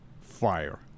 Fire